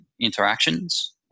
interactions